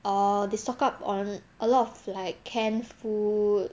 or they stock up on a lot of like canned food